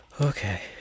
Okay